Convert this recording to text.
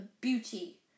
beauty